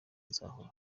nzahora